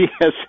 yes